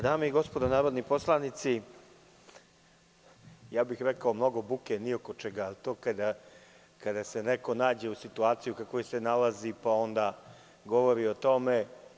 Dame i gospodo narodni poslanici, rekao bih – mnogo buke ni oko čega, to kada se neko nađe u situaciji u kojoj se nalazi, pa onda govori o tome.